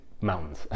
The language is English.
mountains